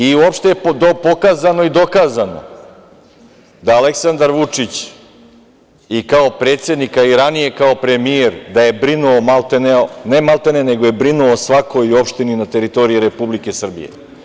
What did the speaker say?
I opšte je dokazano i pokazano da Aleksandar Vučić, i kao predsednik, a i ranije kao premijer, da je brinuo o svakoj opštini na teritoriji Republike Srbije.